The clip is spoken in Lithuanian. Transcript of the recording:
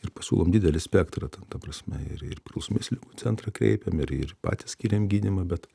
ir pasiūlom didelį spektrą ta ta prasme ir ir priklausomybės ligų centrą kreipiam ir ir patys skiriam gydymą bet